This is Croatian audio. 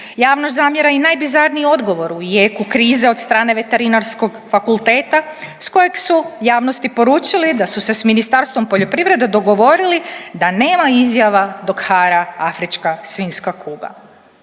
Javnost zamjera i najbizarniji odgovor u jeku krize od strane Veterinarskog fakulteta s kojeg su javnosti poručili da su se s Ministarstvom poljoprivrede dogovorili da nema izjava dok hara afrička svinjska kuga.